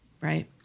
Right